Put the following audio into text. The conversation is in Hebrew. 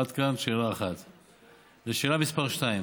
עד כאן שאלה 1. לשאלה מס' 2,